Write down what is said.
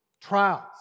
Trials